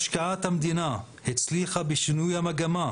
ומכאן שההצלחה מושתתת על הון אנושי ומדעי,